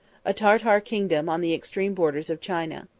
a tartar kingdom on the extreme borders of china.